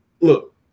look